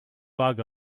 bug